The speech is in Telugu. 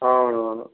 అవునవును